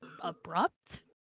abrupt